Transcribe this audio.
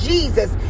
Jesus